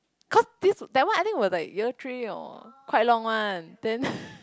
cause this that one I think will be like year three or quite long one then